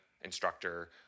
instructor